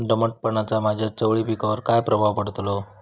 दमटपणाचा माझ्या चवळी पिकावर काय प्रभाव पडतलो?